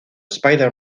spider